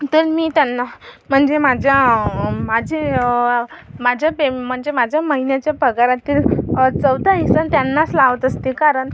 तर मी त्यांना म्हणजे माझ्या माझे माझ्या पे म्हणजे माझ्या महिन्याच्या पगारातील चौथा हिस्सा त्यांनाच लावत असते कारण